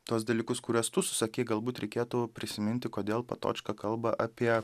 tuos dalykus kuriuos tu susakei galbūt reikėtų prisiminti kodėl patočka kalba apie